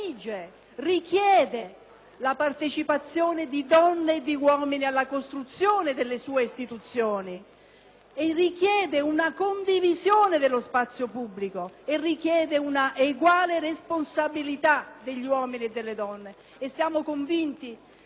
richiede una condivisione dello spazio pubblico e una eguale responsabilità degli uomini e delle donne. Siamo convinti e convinte che una democrazia paritaria sia più ricca, più piena e più coesa.